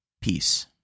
Peace